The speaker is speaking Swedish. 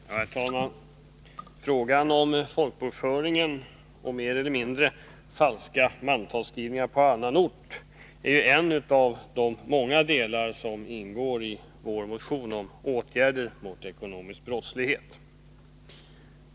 Herr talman! Frågan om folkbokföringen och mer eller mindre falska mantalsskrivningar på annan ort är en av de många delar som ingår i vår motion om åtgärder mot ekonomisk brottslighet.